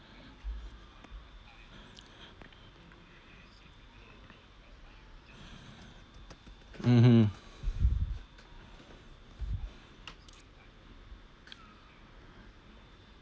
mmhmm